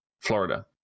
Florida